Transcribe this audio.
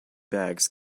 bags